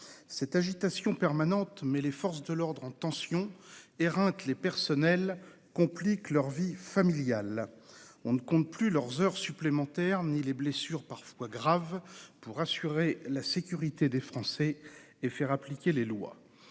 Cette agitation permanente met les forces de l'ordre en tension, éreinte les personnels et complique leur vie familiale. On ne compte plus leurs heures supplémentaires ni les blessures, parfois graves, qu'elles subissent pour assurer la sécurité des Français et faire appliquer les lois.